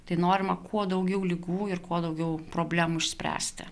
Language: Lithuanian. tai norima kuo daugiau ligų ir kuo daugiau problemų išspręsti